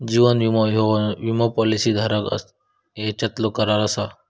जीवन विमो ह्यो विमो पॉलिसी धारक यांच्यातलो करार असा